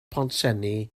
pontsenni